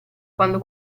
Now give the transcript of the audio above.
quando